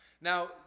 Now